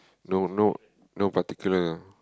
no no no particular